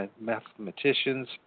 mathematicians